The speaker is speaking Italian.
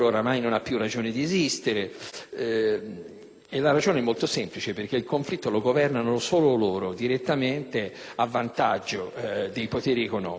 e la ragione è molto semplice, perché il conflitto lo governano solo loro, direttamente, a vantaggio dei poteri economici. La manovra,